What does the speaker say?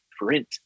print